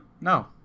No